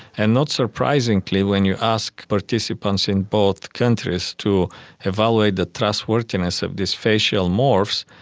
and not surprisingly when you ask participants in both countries to evaluate the trustworthiness of these facial morphs,